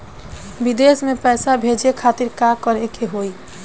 विदेश मे पैसा भेजे खातिर का करे के होयी?